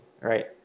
right